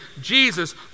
Jesus